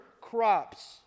crops